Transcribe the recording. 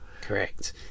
Correct